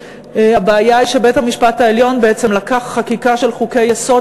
הבעיה היא שבית-המשפט העליון בעצם לקח חקיקה של חוקי-יסוד